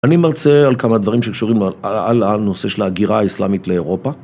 אני מרצה על כמה דברים שקשורים על הנושא של ההגירה האסלאמית לאירופה.